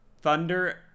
thunder